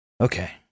Okay